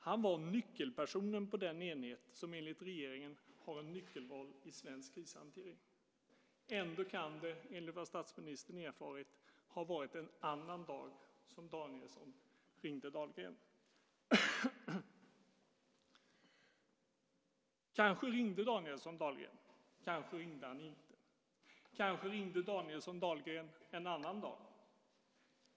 Han var nyckelpersonen på den enhet som enligt regeringen har en nyckelroll i svensk krishantering. Ändå kan det, enligt vad statsministern erfarit, ha varit en annan dag som Danielsson ringde Dahlgren. Kanske ringde Danielsson Dahlgren. Kanske ringde han inte. Kanske ringde Danielsson Dahlgren en annan dag.